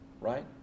right